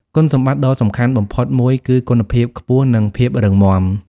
គុណសម្បត្តិដ៏សំខាន់បំផុតមួយគឺ គុណភាពខ្ពស់ និងភាពរឹងមាំ។